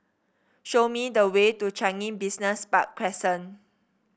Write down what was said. show me the way to Changi Business Park Crescent